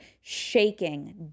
shaking